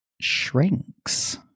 Shrinks